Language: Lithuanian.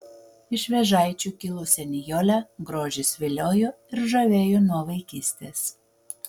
iš vėžaičių kilusią nijolę grožis viliojo ir žavėjo nuo vaikystės